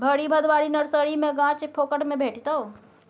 भरि भदवारी नर्सरी मे गाछ फोकट मे भेटितै